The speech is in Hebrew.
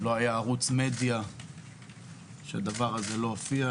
לא היה ערוץ מדיה שהדבר הזה לא הופיע בו.